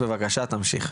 בבקשה, תמשיך.